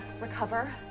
recover